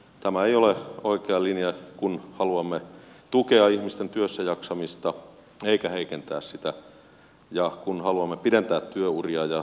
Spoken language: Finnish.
tämä ei ole oikea linja kun haluamme tukea ihmisten työssäjaksamista emmekä heikentää sitä ja kun haluamme pidentää työuria ja tukea pienyrittäjyyttä